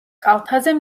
კალთაზე